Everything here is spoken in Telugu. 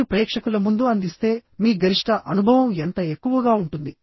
మీరు ప్రేక్షకుల ముందు అందిస్తే మీ గరిష్ట అనుభవం ఎంత ఎక్కువగా ఉంటుంది